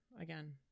again